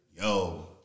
yo